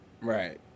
Right